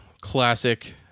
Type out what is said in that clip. Classic